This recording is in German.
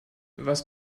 was